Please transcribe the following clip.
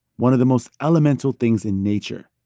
one of the most elemental things in nature.